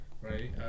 Right